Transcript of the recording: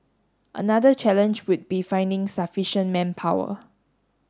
another challenge would be finding sufficient manpower